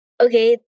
Okay